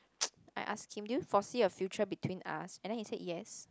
I asked him do you foresee a future between us and then he said yes